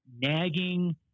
nagging